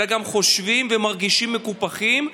אלא גם חושבים ומרגישים מקופחים,